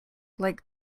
like